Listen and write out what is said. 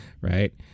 right